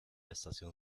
estación